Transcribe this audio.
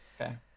Okay